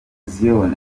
zion